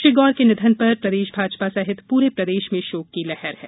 श्री गौर के निधन पर प्रदेश भाजपा सहित पूरे प्रदेश में शोक की लहर है